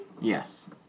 Yes